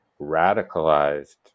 radicalized